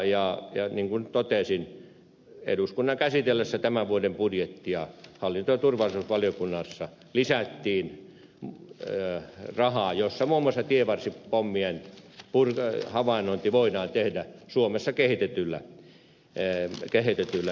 niin kuin totesin eduskunnan käsitellessä tämän vuoden budjettia hallinto ja turvallisuusvaliokunnassa lisättiin rahaa jotta muun muassa tienvarsipommien havainnointi voidaan tehdä suomessa kehitetyillä menetelmillä